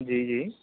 جی جی